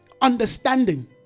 understanding